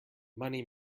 money